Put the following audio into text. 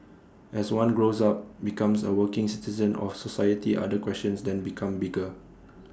as one grows up becomes A working citizen of society other questions then become bigger